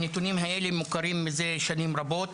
הנתונים האלה מוכרים מזה שנים רבות,